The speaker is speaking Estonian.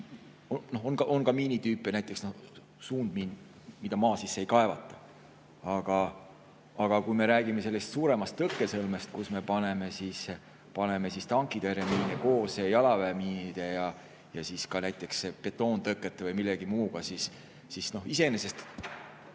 On ka miinitüüpe, näiteks suundmiin, mida maa sisse ei kaevata. Aga kui me räägime suuremast tõkkesõlmest, kuhu me paneme tankitõrjemiine koos jalaväemiinide ja ka näiteks betoontõkete või millegi muuga, siis iseenesest,